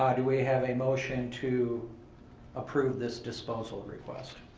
ah do we have a motion to approve this disposal request?